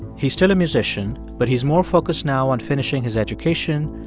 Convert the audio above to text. he's still a musician, but he's more focused now on finishing his education,